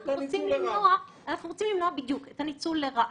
אנחנו רוצים למנוע ניצול לרעה.